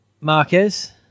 Marquez